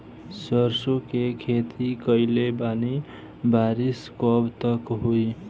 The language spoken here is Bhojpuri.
सरसों के खेती कईले बानी बारिश कब तक होई?